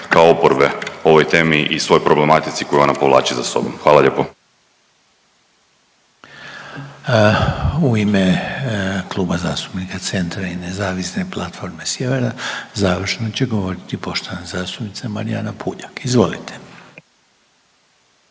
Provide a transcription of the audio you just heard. kao oporbe ovoj temi i svoj problematici koju ona povlači za sobom, hvala lijepo. **Reiner, Željko (HDZ)** U ime Kluba zastupnika Centra i Nezavisne platforme Sjevera završno će govoriti poštovana zastupnica Marijana Puljak, izvolite.